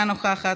אינה נוכחת.